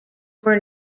were